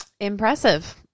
impressive